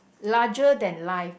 larger than life